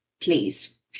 please